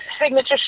Signature